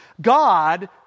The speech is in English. God